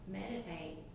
meditate